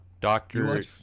Doctor